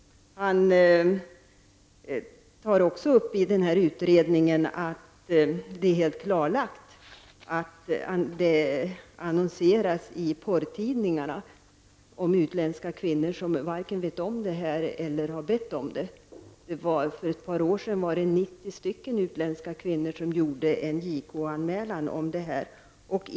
DO tar i denna utredning även upp att det är helt klarlagt att det annonseras i porrtidningar om utländska kvinnor som varken vet om detta eller har bett om det. För ett par år sedan gjorde 90 utländska kvinnor en JK-anmälan om detta.